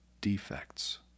defects